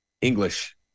English